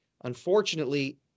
unfortunately